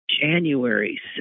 January